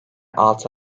altı